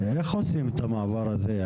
איך עושים את המעבר הזה?